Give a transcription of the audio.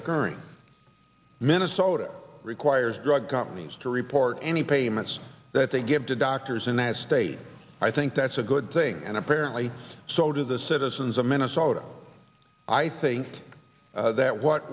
occurring minnesota requires drug companies to report any payments that they give to doctors in that state i think that's a good thing and apparently so do the citizens of minnesota i think that what